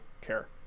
care